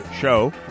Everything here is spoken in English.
Show